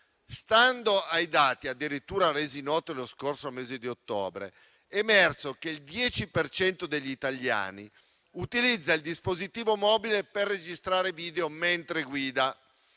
Stando ai dati resi noti lo scorso mese di ottobre, è emerso che il 10 per cento degli italiani utilizza il dispositivo mobile per registrare video mentre guida.